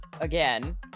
again